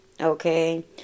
Okay